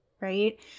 right